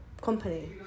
company